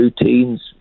routines